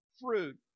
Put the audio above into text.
fruit